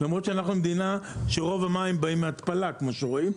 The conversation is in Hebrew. למרות שאנחנו מדינה שרוב המים באים מהתפלה כמו שרואים,